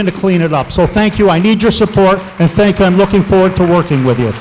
going to clean it up so thank you i need your support and thank you i'm looking forward to working with you